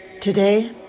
Today